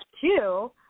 two